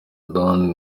dan